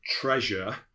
treasure